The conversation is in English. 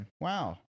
wow